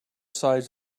size